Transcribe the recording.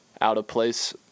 out-of-place